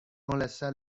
enlaça